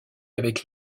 avec